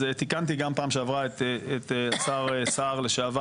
אז תיקנתי גם פעם שעברה את השר לשעבר